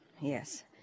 Yes